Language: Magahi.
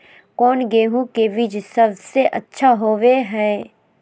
कौन गेंहू के बीज सबेसे अच्छा होबो हाय?